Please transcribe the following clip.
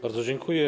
Bardzo dziękuję.